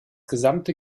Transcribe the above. gesamte